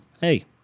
hey